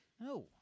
No